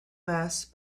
mass